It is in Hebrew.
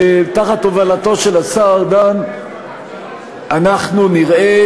שתחת הובלתו של השר ארדן אנחנו נראה